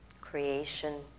creation